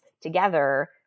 together